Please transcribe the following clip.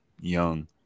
young